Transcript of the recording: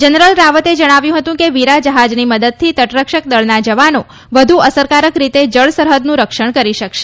general રાવતે જણાવ્યું હતુ કે વીરા જહાજની મદદથી તટરક્ષક દળના જવાનો વધુ અસરકારક રીતે જળસરહદનું રક્ષણ કરી શકશે